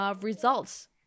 results